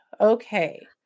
Okay